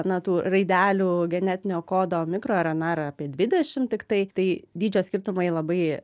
na tų raidelių genetinio kodo mikro rnr apie dvidešimt tiktai tai dydžio skirtumai labai